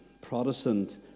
Protestant